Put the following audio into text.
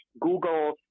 google